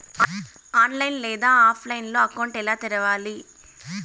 online లేదా ఆఫ్లైన్లో account ఎలా తెరవాలి